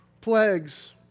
plagues